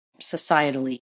societally